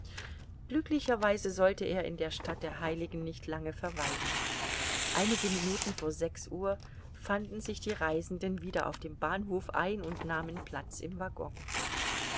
glücklicherweise sollte er in der stadt der heiligen nicht lange verweilen einige minuten vor sechs uhr fanden sich die reisenden wieder auf dem bahnhof ein und nahmen platz im waggon